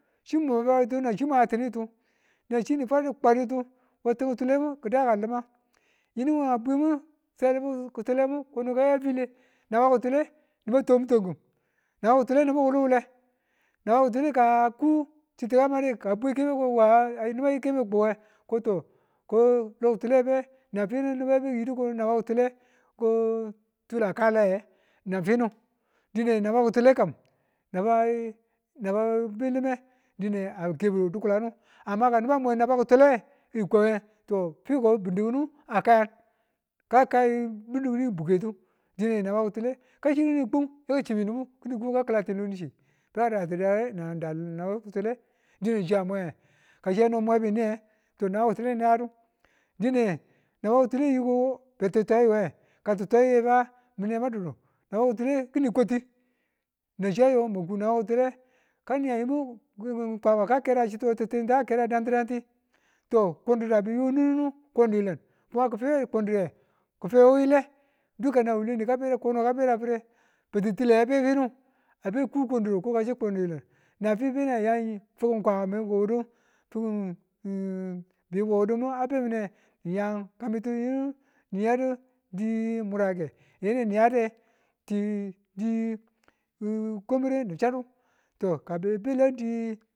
Chịmwa matu nan ti mwayatinetu na chi ni fwadu kwaditu ko tim ki̱tulemu ki̱ dadi ka lima nibu kidaka yinu file naba kịtule niba twangbu twankịm niba kɪtule nibu ki̱wuluwule, naba ki tule ka ku chitu kamade ka bwe keme ko wa niba yiu keme kuwe koto naba kịtule abe koto nanfi ni̱bu beki yidu ko naba kitule ko kam nan finu dine naba kịtule naba bilimeng dine a kebu di̱kulanu amma ka niba mwe naba ki̱tule ko kwange to fiko bin dikinu a kayan kakai bin dikinu buketu, dine naba ki̱tule ka shiru kini kum ka chibe nibu ka ki̱late lonichi beka daratinu darane dine chi nan niba mwenge kano chiya mwebu niye no hena yadu. naka kitule ayiko beti twayiyuwe kati twayiya min nema dun nu naba kitule kini kwatir nan chiyayo mwaku naba kịtule. Kan ngu mwang yimbu kwama ka kera chitu dangtidangti to kun didu a yonninu kifibe kundile kifibe wire, kanan wuwule hiye ka bedafire batitiyu abe abeku kundidu ko kasi kun dilan nanfi bena yan fi̱kim kwambe wuwudi bi wuwudiin ba bemine niyan kambitu wu ni yadudi wurake yun ni yade dimuraken di kwambịre ni chaddu ko ka be lamdi